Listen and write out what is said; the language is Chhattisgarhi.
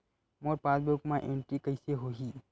मोर पासबुक मा एंट्री कइसे होही?